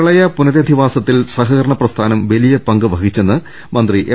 പ്രളയ പുനരധിവാസത്തിൽ സഹകരണ പ്രസ്ഥാനം വലിയ പങ്ക് വഹിച്ചെന്ന് മന്ത്രി എം